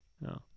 No